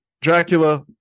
Dracula